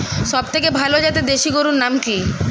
সবথেকে ভালো জাতের দেশি গরুর নাম কি?